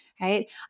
Right